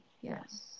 Yes